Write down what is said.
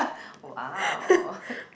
oh !wow!